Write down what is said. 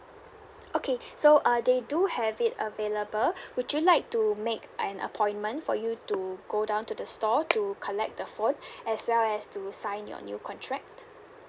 okay so uh they do have it available would you like to make an appointment for you to go down to the store to collect the phone as well as to sign your new contract